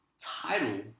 title